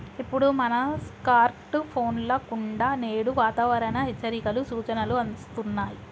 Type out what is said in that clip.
ఇప్పుడు మన స్కార్ట్ ఫోన్ల కుండా నేడు వాతావరణ హెచ్చరికలు, సూచనలు అస్తున్నాయి